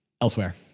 Elsewhere